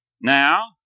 Now